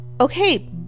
okay